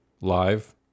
live